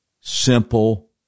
simple